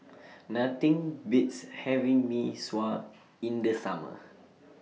Nothing Beats having Mee Sua in The Summer